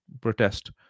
protest